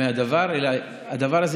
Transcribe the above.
אלא הדבר הזה,